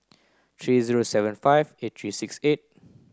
three zero seven five eight three six eight